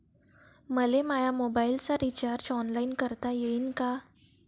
मले माया मोबाईलचा रिचार्ज ऑनलाईन करता येईन का?